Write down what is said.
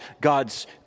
God's